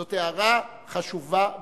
זאת הערה חשובה ביותר.